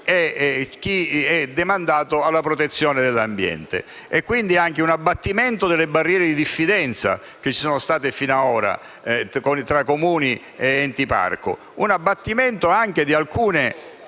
e chi è demandato alla protezione dell'ambiente e, quindi, anche l'abbattimento delle barriere di diffidenza che finora sono esistite tra Comuni ed Enti parco. Un abbattimento anche di alcune